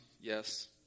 yes